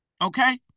Okay